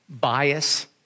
Bias